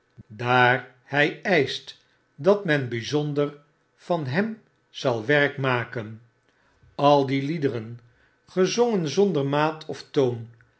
daar hy eischt dat men byzonder van hem zal werk maken al die liederen gezongen zonder maat of toon